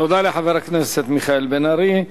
תודה לחבר הכנסת מיכאל בן-ארי.